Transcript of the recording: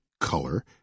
color